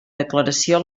declaració